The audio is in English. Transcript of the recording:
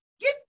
Get